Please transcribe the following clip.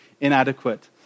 inadequate